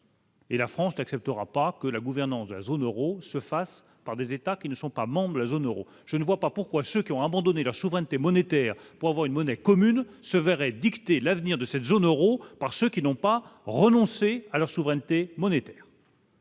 Et la France n'acceptera pas que la gouvernance de la zone Euro se fasse par des États qui ne sont pas membres de la zone Euro, je ne vois pas pourquoi ceux qui ont abandonné leur souveraineté monétaire, pour avoir une monnaie commune se verraient dicter l'avenir de cette zone Euro par ceux qui n'ont pas renoncé à leur souveraineté monétaire.